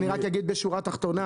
אני רק אגיד בשורה תחתונה,